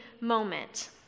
moment